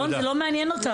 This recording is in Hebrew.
אלון, זה לא מעניין אותם.